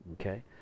Okay